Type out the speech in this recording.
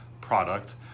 product